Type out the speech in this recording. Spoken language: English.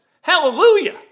Hallelujah